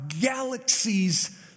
galaxies